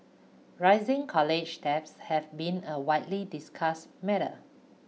rising college debt has been a widely discussed matter